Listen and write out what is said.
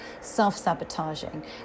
self-sabotaging